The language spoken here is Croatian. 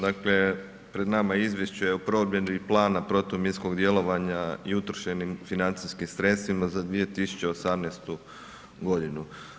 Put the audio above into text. Dakle, pred nama je Izvješće o provedbi plana protuminskog djelovanja i utrošenim financijskim sredstvima za 2018. godinu.